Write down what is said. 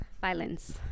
violence